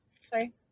sorry